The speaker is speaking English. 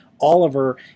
Oliver